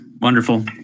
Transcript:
Wonderful